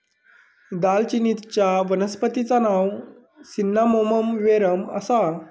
दालचिनीचच्या वनस्पतिचा नाव सिन्नामोमम वेरेम आसा